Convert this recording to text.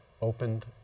opened